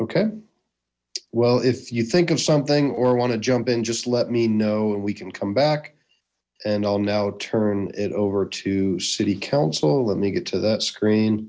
ok well if you think of something or want to jump in just let me know when we can come back and i'll now turn it over to city council let me get to that screen